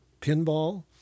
Pinball